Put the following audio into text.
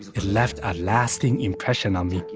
it left a lasting impression on me.